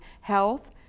health